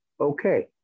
okay